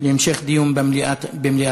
להמשך דיון במליאת הכנסת.